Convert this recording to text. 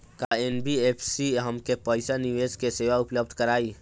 का एन.बी.एफ.सी हमके पईसा निवेश के सेवा उपलब्ध कराई?